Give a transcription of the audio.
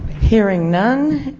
hearing none,